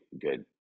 good